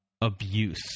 abuse